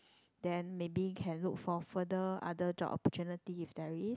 then maybe can look for further other job opportunities if there is